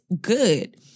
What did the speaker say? good